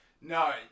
No